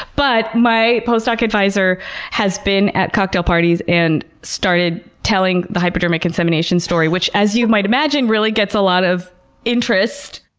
but my postdoc advisor has been at cocktail parties and started telling the hypodermic insemination story, which as you might imagine, really gets a lot of interest.